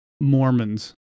Mormons